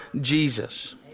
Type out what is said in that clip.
Jesus